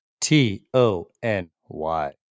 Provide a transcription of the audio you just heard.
T-O-N-Y